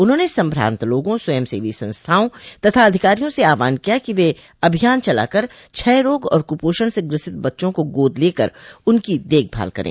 उन्होंने संभ्रांत लोगों स्वयंसेवी संस्थाओं तथा अधिकारियों से आहवान किया कि वे अभियान चलाकर क्षय रोग और कुपोषण से ग्रसित बच्चों को गोद लेकर उनकी देखभाल करें